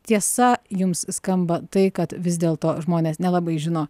tiesa jums skamba tai kad vis dėlto žmonės nelabai žino